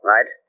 Right